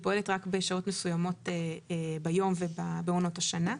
פועלת רק בשעות מסוימות ביום ובעונות השנה,